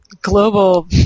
global